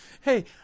Hey